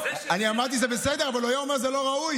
אני אמרתי שזה בסדר אבל הוא היה אומר שזה לא ראוי.